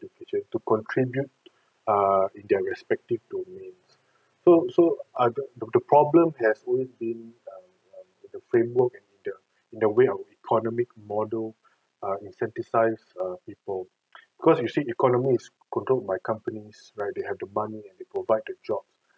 the picture to contribute err in their respective domain so so I don't the problem has always been um the framework the in the way economic model ah incentivise err people cause you see economies is controlled by companies right they have the money and they provide the job